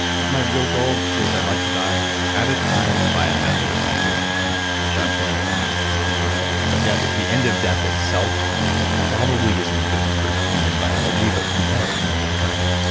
my real goal is i'd like to die at a time and by a method of my choosing, and at that point, i mean who can complain? but yeah, the the end of death itself probably isn't good for human biology, but who knows? no one has ever tried it